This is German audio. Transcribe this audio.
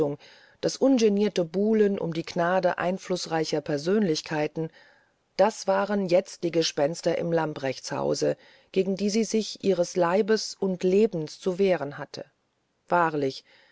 das ungenierte buhlen um die gnade einflußreicher persönlichkeiten das waren jetzt die gespenster im lamprechtshause gegen die sie sich ihres leibes und lebens zu wehren hatte wahrlich